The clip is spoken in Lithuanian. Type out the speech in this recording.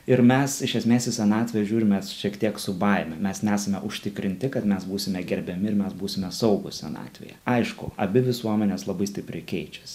ir mes iš esmės į senatvę žiūrime šiek tiek su baime mes nesame užtikrinti kad mes būsime gerbiami ir mes būsime saugūs senatvėje aišku abi visuomenės labai stipriai keičiasi